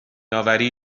اوری